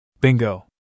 Bingo